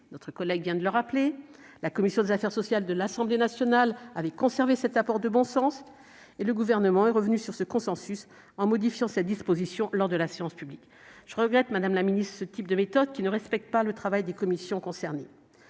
notre collègue vient de le rappeler. La commission des affaires sociales de l'Assemblée nationale avait conservé cet apport de bon sens. Pourtant, le Gouvernement est revenu sur le consensus obtenu en modifiant cette disposition en séance publique. Madame la ministre, je regrette ce type de méthode, qui ne respecte pas le travail des commissions concernées.